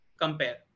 compare